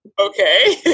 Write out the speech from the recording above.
okay